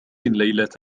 ليلة